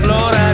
Lord